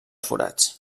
forats